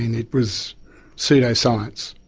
it was pseudo-science.